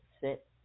sit